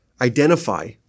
identify